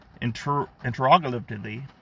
Interrogatively